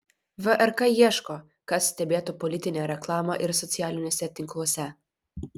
vrk ieško kas stebėtų politinę reklamą ir socialiniuose tinkluose